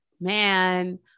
man